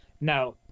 Now